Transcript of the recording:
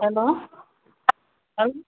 hello